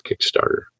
Kickstarter